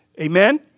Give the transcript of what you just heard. Amen